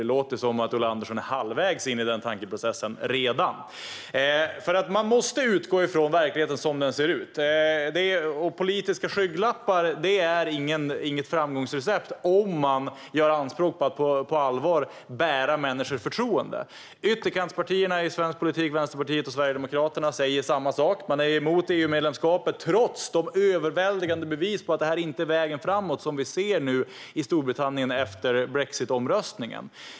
Det låter som att Ulla Andersson redan är halvvägs in i den tankeprocessen. Man måste utgå från verkligheten som den ser ut. Politiska skygglappar är inget framgångsrecept om man gör anspråk på att på allvar bära människors förtroende. Ytterkantspartierna i svensk politik, Vänsterpartiet och Sverigedemokraterna, säger samma sak. Man är emot EU-medlemskapet trots de överväldigande bevis för att det inte är vägen framåt som vi ser nu i Storbritannien efter brexitomröstningen.